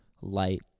light